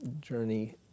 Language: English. journey